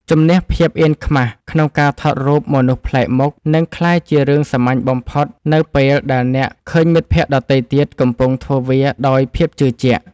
ជម្នះភាពអៀនខ្មាសក្នុងការថតរូបមនុស្សប្លែកមុខនឹងក្លាយជារឿងសាមញ្ញបំផុតនៅពេលដែលអ្នកឃើញមិត្តភក្តិដទៃទៀតកំពុងធ្វើវាដោយភាពជឿជាក់។